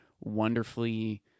wonderfully